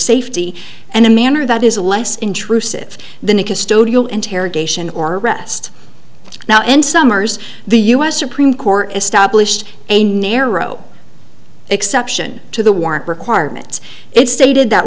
safety and a manner that is less intrusive than a custodial interrogation or rest now in summers the us supreme court established a narrow exception to the warrant requirements it stated that